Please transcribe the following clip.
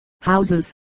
houses